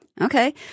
okay